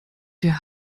der